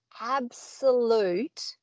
absolute